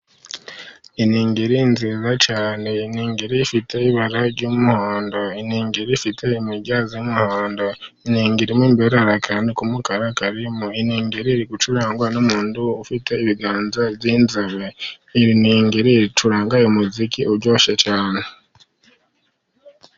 Iningiri nziza cyane. Iningiri ifite ibara ry'umuhondo, iningiri ifite imirya y'umuhondo, iningiri mo imbere hari akantu k'umukara karimo , iningiri icurangwa n'umuntu ufite ibiganza by'inzobe, iningiri icuranga umuziki uryoshye cyane.